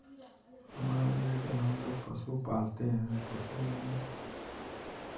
मान लीजिये कि हमलोग पशु पालते हैं पशु में